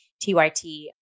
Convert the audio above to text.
TYT